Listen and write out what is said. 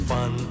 Fun